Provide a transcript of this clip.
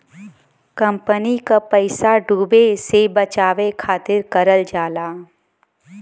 company क पइसा डूबे से बचावे खातिर करल जाला